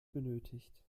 benötigt